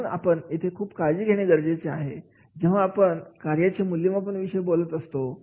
म्हणून आपण येथे खूप काळजी घेणे गरजेचे आहे जेव्हा आपण कार्याचे मूल्यमापन विषय बोलत असतो